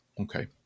okay